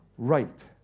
Right